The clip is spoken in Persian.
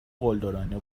قلدرانه